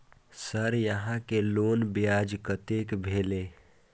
Sir यहां के loan ब्याज कतेक भेलेय?